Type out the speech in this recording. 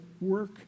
work